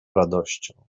radością